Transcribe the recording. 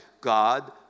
God